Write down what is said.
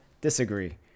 disagree